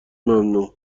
ممنوع